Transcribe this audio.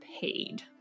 paid